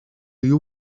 you